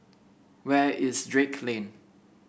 where is Drake Lane